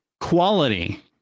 quality